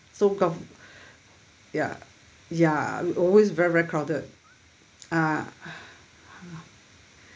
so gov~ ya ya always very very crowded ah